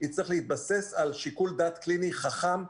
הצטרך להתבסס על שיקול דעת קליני חכם ומבוסס.